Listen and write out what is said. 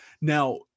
Now